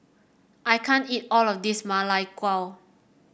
I can't eat all of this Ma Lai Gao